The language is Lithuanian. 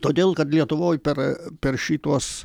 todėl kad lietuvoj per per šituos